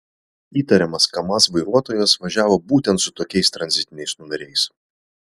įtariamas kamaz vairuotojas važiavo būtent su tokiais tranzitiniais numeriais